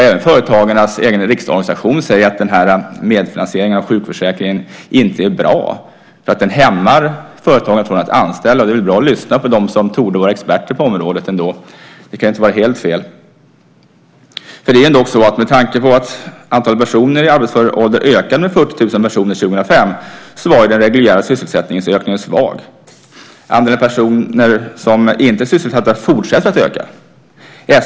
Även företagarnas egen riksorganisation säger att medfinansieringen av sjukförsäkringen inte är bra därför att den hämmar företagare från att anställa, och det är väl bra att lyssna på dem som torde vara experter på området. Det kan inte vara helt fel. Med tanke på att antalet personer i arbetsför ålder ökade med 40 000 år 2005 var den reguljära sysselsättningsökningen svag. Antalet personer som inte är sysselsatta fortsätter att öka.